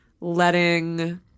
letting